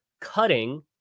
cutting